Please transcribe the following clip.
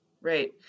Right